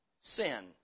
Sin